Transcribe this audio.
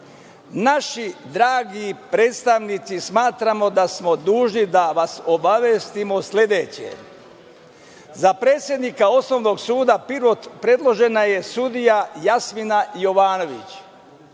naši dragi predstavnici smatramo da smo dužni da vas obavestimo o sledećem – za predsednika Osnovnog suda Pirot predložena je sudija Jasmina Jovanović.